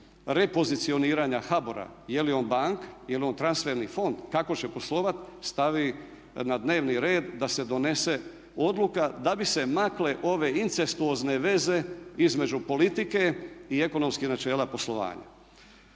repozicioniranja HBOR-a je li on banka, je li on transferni fond, kako će poslovati stavi na dnevni red da se donese odluka da bi se makle ove incestuozne veze između politike i ekonomskih načela poslovanja.